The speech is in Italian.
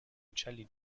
uccelli